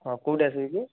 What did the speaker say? ହଁ କେଉଁଠି ଆସିବି କି